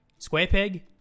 SquarePeg